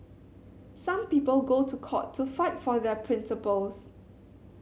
some people go to court to fight for their principles